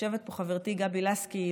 יושבת פה חברתי גבי לסקי,